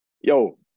Yo